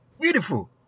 Beautiful